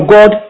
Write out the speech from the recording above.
God